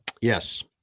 Yes